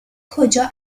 کجا